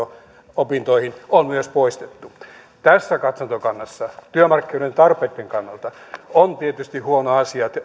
opintoihin on myös poistettu tässä katsantokannassa työmarkkinoiden tarpeitten kannalta on tietysti huono asia että